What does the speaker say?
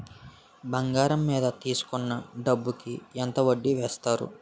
బంగారం మీద తీసుకున్న డబ్బు కి ఎంత వడ్డీ వేస్తారు?